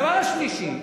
הדבר השלישי,